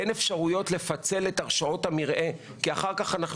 אין אפשרויות לפצל את הרשאות המרעה כי אחר כך אנחנו